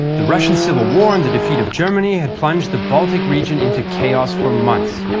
the russian civil war and the defeat of germany had plunged the baltic region into chaos for months.